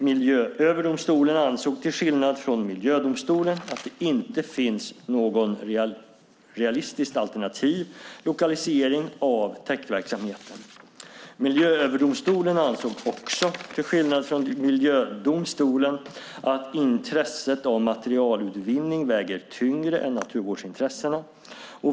Miljööverdomstolen ansåg, till skillnad från miljödomstolen, att det inte finns någon realistisk alternativ lokalisering av täktverksamheten. Miljööverdomstolen ansåg också, till skillnad från miljödomstolen, att intresset av materialutvinning väger tyngre än naturvårdsintressena.